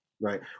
right